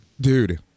Dude